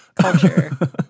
Culture